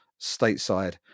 stateside